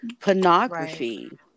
pornography